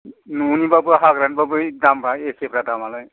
न'निबाबो हाग्रानिबाबो दामबा एसे दामफ्रालाय